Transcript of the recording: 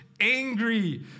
angry